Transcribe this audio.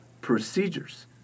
procedures